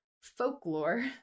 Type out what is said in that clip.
folklore